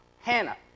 Hannah